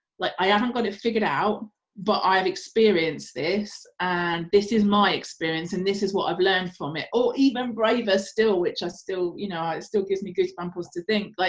like i haven't got it figured out but i've experienced this and this is my experience and this is what i've learned from it or even braver still, which it still you know still gives me goosebumps to think, like